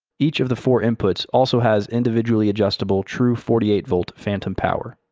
each of the four inputs also has individually adjustable, true forty eight volt, phantom power.